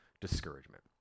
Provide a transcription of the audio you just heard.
discouragement